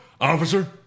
Officer